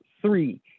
Three